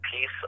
piece